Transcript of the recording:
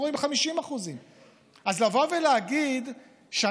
היינו רואים 50%. אז לבוא ולהגיד שאנחנו